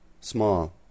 small